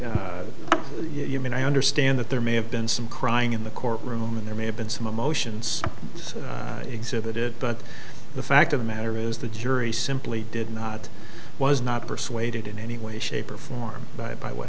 human i understand that there may have been some crying in the court room and there may have been some emotions exhibited but the fact of the matter is the jury simply did not was not persuaded in any way shape or form but by what